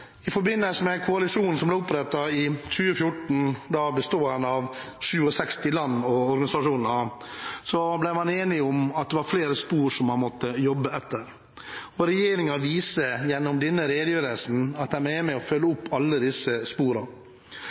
i forbindelse med opprettelsen av koalisjonen, da bestående av 67 land og organisasjoner, ble man enige om at det var flere spor man måtte jobbe etter. Regjeringen viser gjennom denne redegjørelsen at den er med på å følge opp alle disse